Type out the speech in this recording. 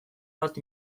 bat